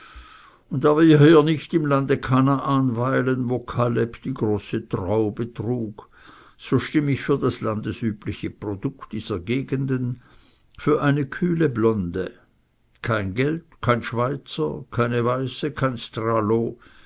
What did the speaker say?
und da wir hier nicht im lande kanaan weilen wo kaleb die große traube trug so stimm ich für das landesübliche produkt dieser gegenden für eine kühle blonde kein geld kein schweizer keine weiße